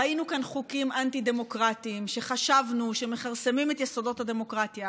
ראינו כאן חוקים אנטי-דמוקרטיים שחשבנו שמכרסמים את יסודות הדמוקרטיה,